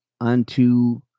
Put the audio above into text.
unto